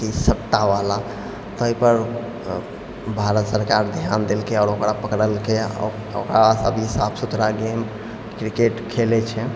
कि सट्टावला ताहिपर भारत सरकार धिआन देलकै आओर ओकरा पकड़लकै आओर ओकरासँ अभी साफ सुथरा गेम किरकेट खेलै छै